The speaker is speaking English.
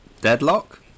Deadlock